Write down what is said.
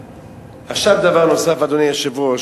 עכשיו דבר נוסף, אדוני היושב-ראש.